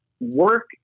work